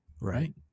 Right